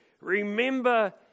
Remember